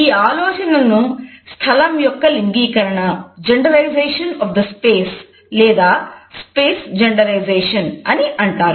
ఈ ఆలోచనను 'స్థలం యొక్క లింగీకరణ' genderization of the space Genderization of the space లేక స్పేస్ జెండరైజేషన్ అని అంటారు